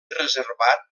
reservat